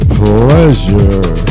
pleasure